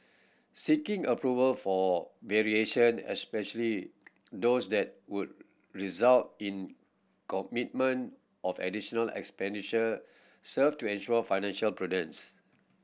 seeking approval for variation especially those that would result in commitment of additional expenditure serve to ensure financial prudence